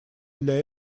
для